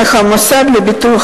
עשר דקות.